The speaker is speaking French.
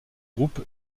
groupe